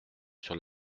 sur